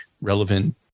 relevant